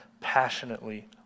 passionately